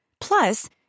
Plus